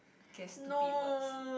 guess stupid words